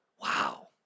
Wow